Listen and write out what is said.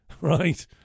right